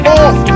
off